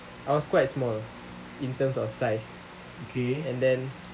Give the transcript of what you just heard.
I was quite small in terms of size